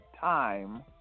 time